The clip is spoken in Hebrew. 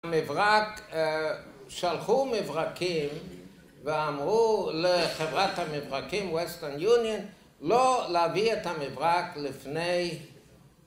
המברק, שלחו מברקים ואמרו לחברת המברקים, Western Union לא להביא את המברק לפני